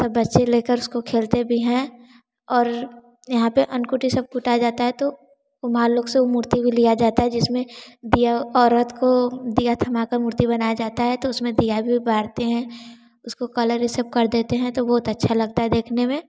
सब बच्चे लेकर उसको खेलते भी हैं और यहाँ पर अन्नकुटी सब कुटा जाता है तो कुम्हार लोगों से वह मूर्ति भी लिया जाता है जिसमें दीया औरत को दीया थमा कर मूर्ति बनाया जाता है तो उसमें दीया भी बारते हैं उसको कलर यह सब कर देते हैं तो बहुत अच्छा लगता है देखने में